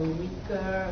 weaker